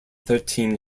thirteen